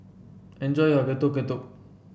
enjoy your Getuk Getuk